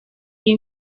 iyi